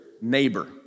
neighbor